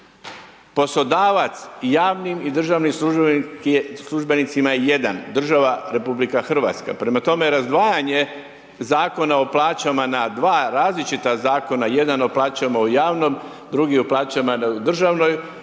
Poslodavac javnim i državnim službenicima je jedan, država RH. Prema tome, razdvajanje Zakona o plaćama na dva različita Zakona, jedan o plaćama u javnom, drugi o plaćama u državnoj